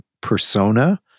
persona